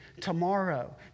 tomorrow